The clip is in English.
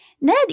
Ned